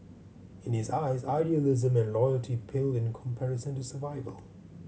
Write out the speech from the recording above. in his eyes idealism and loyalty paled in comparison to survival